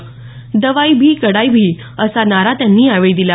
दवाई भी कडाई भी असा नारा त्यांनी यावेळी दिला